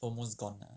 almost gone ah